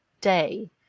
day